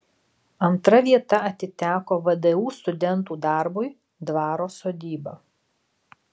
antra vieta atiteko vdu studentų darbui dvaro sodyba